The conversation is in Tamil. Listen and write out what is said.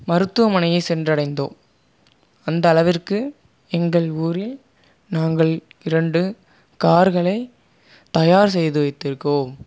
மருத்துவமனையை சென்றடைந்தோம் அந்தளவிற்கு எங்கள் ஊரில் நாங்கள் இரண்டு கார்களை தயார் செய்து வைத்திருக்கோம்